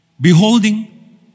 Beholding